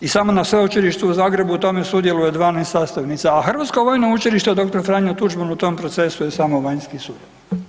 I samo na Sveučilištu u Zagrebu u tome sudjeluje 12 sastavnica, a Hrvatsko vojno učilište „Dr. Franjo Tuđman“ u tom procesu je samo vanjski suradnik.